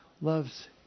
loves